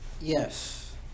Yes